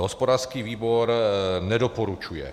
Hospodářský výbor nedoporučuje.